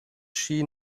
she